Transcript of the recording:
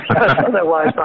Otherwise